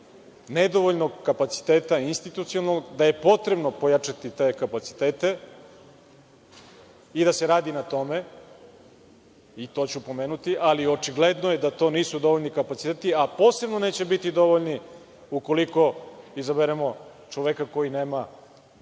nedovoljnog kapaciteta i institucionalnog, da je potrebno pojačati te kapacitete i da se radi na tome i to ću pomenuti, ali očigledno je da to nisu dovoljni kapaciteti, a posebno neće biti dovoljni ukoliko izaberemo čoveka koji nema skoro